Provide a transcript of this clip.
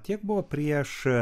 tiek buvo prieš